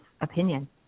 opinion